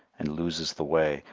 and loses the way,